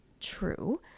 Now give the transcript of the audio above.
true